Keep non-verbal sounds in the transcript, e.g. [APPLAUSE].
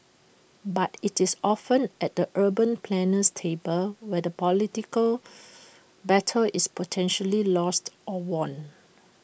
but IT is often at the urban planner's table where the political [NOISE] battle is potentially lost or won